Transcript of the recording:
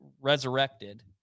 resurrected